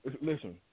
Listen